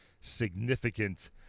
significant